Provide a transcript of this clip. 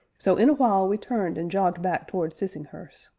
so, in a while, we turned and jogged back towards sissinghurst.